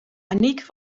anniek